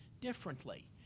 differently